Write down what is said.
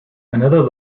another